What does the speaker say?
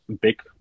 big